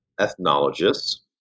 ethnologists